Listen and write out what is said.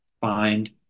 find